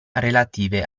relative